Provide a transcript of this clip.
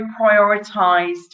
prioritised